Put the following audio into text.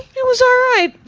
it was alright.